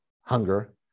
hunger